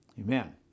Amen